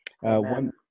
One